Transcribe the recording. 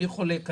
אני חולק עליה.